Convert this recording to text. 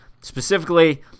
specifically